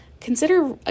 consider